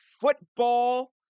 Football